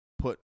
put